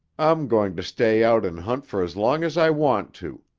i'm going to stay out and hunt for as long as i want to,